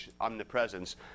omnipresence